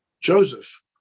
Joseph